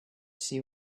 see